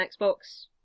Xbox